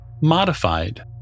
Modified